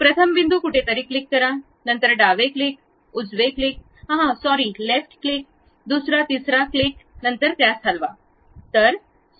प्रथम बिंदू कुठेतरी क्लिक डावे क्लिक उजवे क्लिक हां सॉरी लेफ्ट क्लिक दुसरा तिसरा क्लिक नंतर त्यास हलवा